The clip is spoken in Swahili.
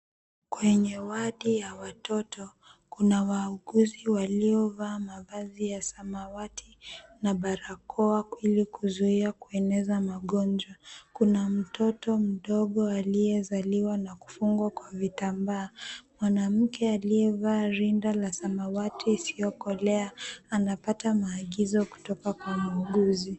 Kwenye wadi ya watoto, kuna wauguzi waliovaa mavazi ya samawati na barakoa, ili kuzuia kueneneza magonjwa. Kuna mtoto mdogo aliyezaliwa na kufungwa kwa vitambaa. Mwanamke aliyevaa rinda la samawati, isiyokolea, anapata maagizo kutoka kwa muuguzi.